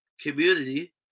community